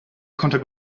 contact